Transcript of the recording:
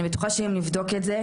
אני בטוחה שאם נבדוק את זה,